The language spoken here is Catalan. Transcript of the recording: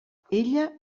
ella